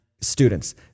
students